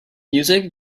music